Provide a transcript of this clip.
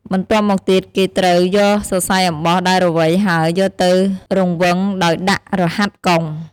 បន្ទាប់មកទៀតគេត្រូវយកសសៃអំបោះដែលរវៃហើយយកទៅរង្វឹងដោយដាក់រហាត់កុង។